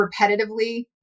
repetitively